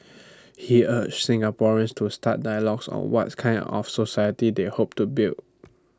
he urged Singaporeans to start dialogues on what's kind of society they hope to build